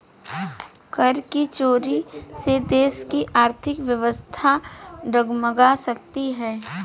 कर की चोरी से देश की आर्थिक व्यवस्था डगमगा सकती है